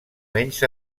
menys